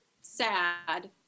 sad